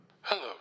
Hello